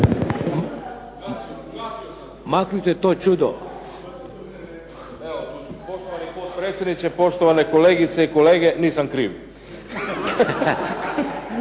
Dino (SDP)** Poštovani potpredsjedniče, poštovane kolegice i kolege nisam kriv.